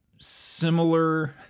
similar